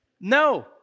No